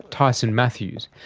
tyson matthews,